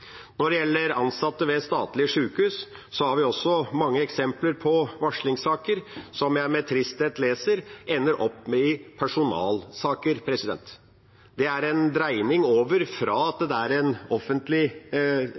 Når det gjelder ansatte ved statlige sykehus, har vi også mange eksempler på varslingssaker som jeg med tristhet ser ender opp i personalsaker. Det er en dreining fra at det er et offentlig